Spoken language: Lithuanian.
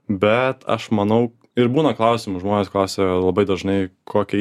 bet aš manau ir būna klausimų žmonės klausia labai dažnai kokią